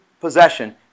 possession